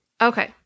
Okay